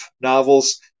novels